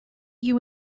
you